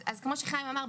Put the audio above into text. אז כמו שחיים אמר,